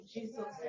Jesus